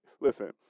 Listen